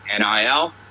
NIL